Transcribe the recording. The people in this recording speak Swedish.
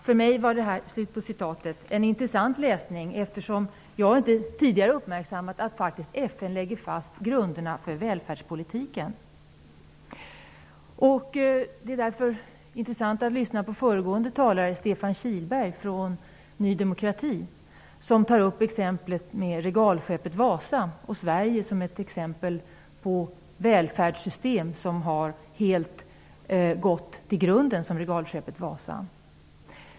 För mig var det en intressant läsning, eftersom jag inte tidigare uppmärksammat att FN faktiskt lägger fast grunderna för välfärdspolitiken. Det var därför intressant att lyssna till föregående talare, Stefan Kihlberg från Ny demokrati, som gjorde en jämförelse mellan Sverige och regalskeppet Vasa och menade att välfärdssystemet i Sverige helt har gått till botten, precis som regalskeppet Vasa.